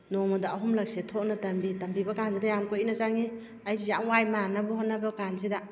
ꯅꯣꯡꯃꯗ ꯑꯍꯨꯝꯂꯛꯁꯤ ꯊꯣꯛꯅ ꯇꯝꯕꯤ ꯇꯝꯕꯤꯕ ꯀꯥꯟꯁꯤꯗ ꯌꯥꯝ ꯀꯨꯏꯅ ꯆꯪꯏ ꯑꯩꯁꯨ ꯌꯥꯝ ꯋꯥꯏ ꯃꯥꯟꯅꯕ ꯍꯣꯠꯅꯕ ꯀꯥꯟꯁꯤꯗ